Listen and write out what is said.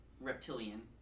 reptilian